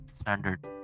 standard